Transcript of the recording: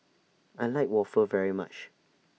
I like Waffle very much